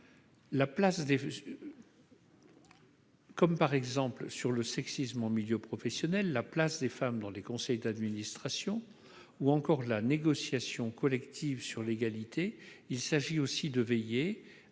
la place des femmes dans les conseils d'administration ou encore la négociation collective sur l'égalité, il s'agit de veiller à